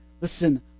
listen